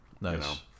Nice